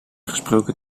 gesproken